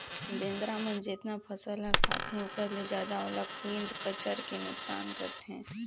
बेंदरा मन जेतना फसल ह खाते ओखर ले जादा ओला खुईद कचर के नुकनास करथे